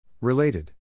Related